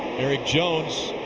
erik jones,